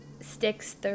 sticks